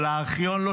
אבל הארכיון לא